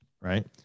right